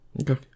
Okay